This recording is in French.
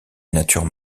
natures